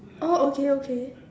oh okay okay